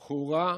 חורה,